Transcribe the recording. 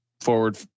forward